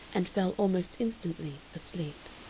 and fell almost instantly asleep.